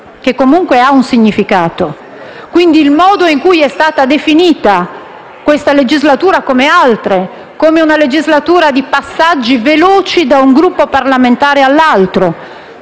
che comunque ha un significato, quindi del modo in cui è stata definita questa legislatura, come altre, come una legislatura di passaggi veloci da un Gruppo parlamentare all'altro,